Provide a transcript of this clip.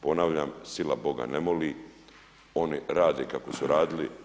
Ponavljam, sila Boga ne moli, oni rade kako su radili.